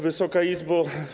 Wysoka Izbo!